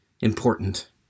important